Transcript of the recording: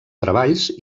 treballs